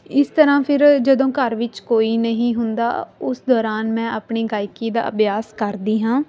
ਇਸ ਤਰ੍ਹਾਂ ਫਿਰ ਜਦੋਂ ਘਰ ਵਿੱਚ ਕੋਈ ਨਹੀਂ ਹੁੰਦਾ ਉਸ ਦੌਰਾਨ ਮੈਂ ਆਪਣੀ ਗਾਇਕੀ ਦਾ ਅਭਿਆਸ ਕਰਦੀ ਹਾਂ